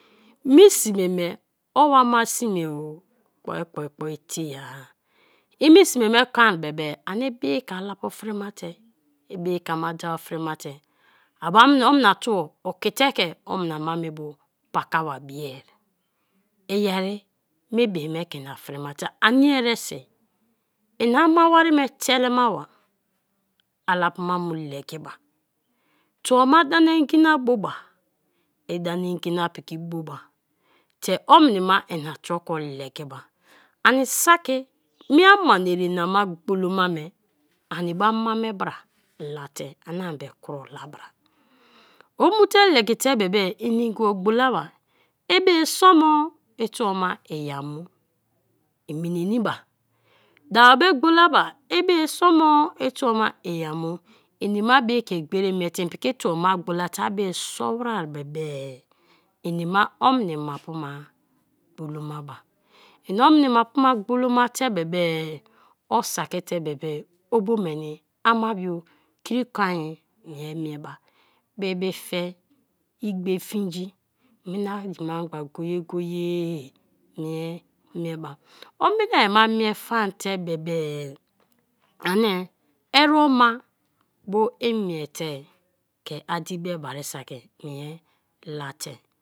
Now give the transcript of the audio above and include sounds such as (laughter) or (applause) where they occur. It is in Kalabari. Me sime me o ama sime-o kpo kpo kpo teai, i me sme me kon bebe ani ibi-ike alapu frima te, i bi-ike ama da-o frimate (hesitation) amo omna tuo oki te ke omni ama bu pakaba biie, iyeri me bii me ke ina frima te ani eresi en ama wari me telemaba alapuma mu legi bu, tuo ma a da na ngi na bo ba ida na i ngi na piki bo ma te omni ma ina troko legi ba ani saki me ama na eri na gbolo ma me ani bo ama me bra la te ani be kro la bra; omu te legite be be ini ngbo gbola ba; ibie so mo ituo ma iyal mu en mininiba; dawo be gbola ba ibie so mo ituo ma iya mi; ini ma biike gberi miete en piki tuo ma gbola te a bii so ware be be-e ini ma, omna ma a pu ma gbolo ma ba, en omna maapu ma gbolo ma te be bee o saki te be be-e o bo meni ama bio kri konai mie mieba, bibife, igbo fingi, mina mina-a memgba go-go-ye mie mieba, omina-a ma mie fan te bebe ani ereba bo imiete ke a di be bari saki mie la te.